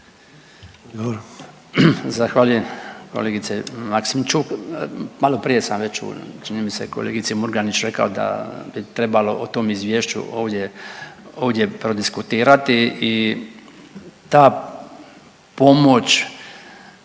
Zahvaljujem kolegice Maksimčuk. Maloprije sam već u, čini mi se, kolegici Murganić rekao da bi trebalo o tom Izvješću ovdje prodiskutirati i ta pomoć